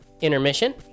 intermission